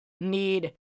need